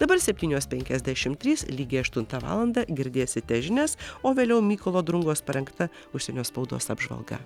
dabar septynios penkiasdešimt trys lygiai aštuntą valandą girdėsite žinias o vėliau mykolo drungos parengta užsienio spaudos apžvalga